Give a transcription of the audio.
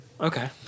Okay